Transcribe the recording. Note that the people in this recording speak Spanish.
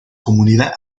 comunidad